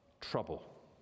trouble